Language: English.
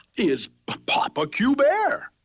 is papa q. bear!